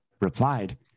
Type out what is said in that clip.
replied